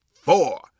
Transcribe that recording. four